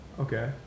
Okay